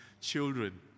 children